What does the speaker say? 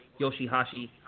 Yoshihashi